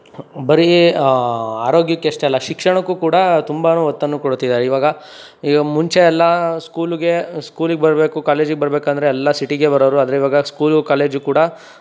ಬರೀ ಆರೋಗ್ಯಕ್ಕಷ್ಟೆ ಅಲ್ಲ ಶಿಕ್ಷಣಕ್ಕೂ ಕೂಡ ತುಂಬ ಒತ್ತನ್ನು ಕೊಡುತ್ತಿದ್ದಾರೆ ಇವಾಗ ಈಗ ಮುಂಚೆಯೆಲ್ಲ ಸ್ಕೂಲಿಗೆ ಸ್ಕೂಲಿಗೆ ಬರಬೇಕು ಕಾಲೇಜಿಗೆ ಬರ್ಬೇಕೆಂದ್ರೆ ಎಲ್ಲ ಸಿಟಿಗೆ ಬರೋವ್ರು ಆದರೆ ಇವಾಗ ಸ್ಕೂಲು ಕಾಲೇಜು ಕೂಡ